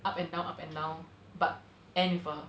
up and down up and down but end with a